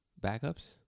Backups